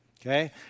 Okay